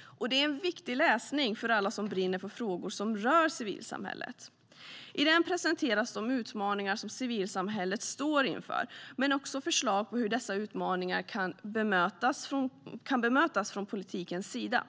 och det är en viktig läsning för alla som brinner för frågor som rör civilsamhället. I den presenteras de utmaningar som civilsamhället står inför men också förslag på hur dessa utmaningar kan mötas från politikens sida.